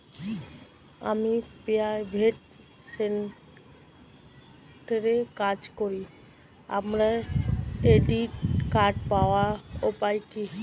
আমি প্রাইভেট সেক্টরে কাজ করি আমার ক্রেডিট কার্ড পাওয়ার উপায় কি?